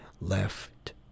left